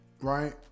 right